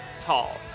tall